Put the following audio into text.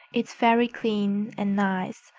it's very clean and nice.